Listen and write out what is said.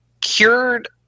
cured